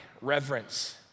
reverence